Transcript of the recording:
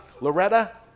Loretta